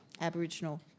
Aboriginal